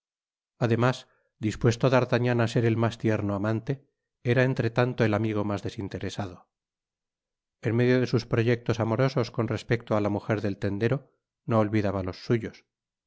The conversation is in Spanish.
además dispuesto d'artagnan á ser el mas tierno amante era entre tanto el amigo mas desinteresado en medio de sus proyectos amorosos con respeto á la mujer del tendero no olvidaba los suyos